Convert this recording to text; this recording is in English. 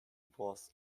was